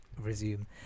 Resume